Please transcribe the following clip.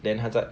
then 她在